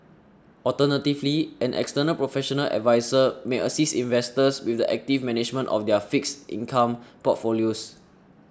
alternatively an external professional adviser may assist investors with the active management of their fixed income portfolios